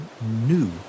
new